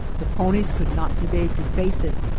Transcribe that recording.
the ponies could not be made to face it.